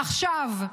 עכשיו.